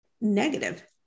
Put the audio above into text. negative